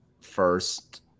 first